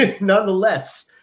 nonetheless